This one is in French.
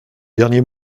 dernier